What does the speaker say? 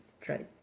try